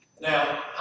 Now